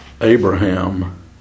Abraham